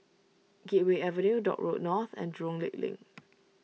Gateway Avenue Dock Road North and Jurong Lake Link